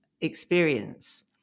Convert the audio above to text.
experience